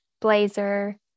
blazer